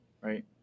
right